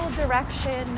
direction